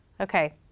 Okay